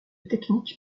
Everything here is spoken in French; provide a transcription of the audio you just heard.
technique